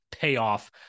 Payoff